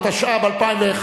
התשע"ב 2011,